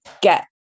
get